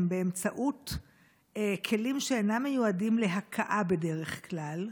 באמצעות כלים שאינם מיועדים להכאה בדרך כלל,